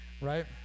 right